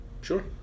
Sure